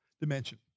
dimension